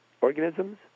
organisms